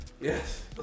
Yes